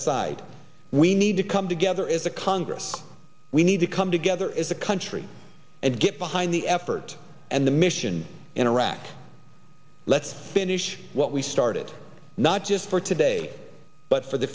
aside we need to come together as a congress we need to come together as a country and get behind the effort and the mission in iraq let's finish what we started not just for today but for the